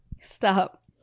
stop